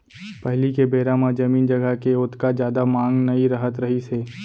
पहिली के बेरा म जमीन जघा के ओतका जादा मांग नइ रहत रहिस हे